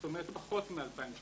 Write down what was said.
זאת אומרת פחות מ-2,000 שקלים.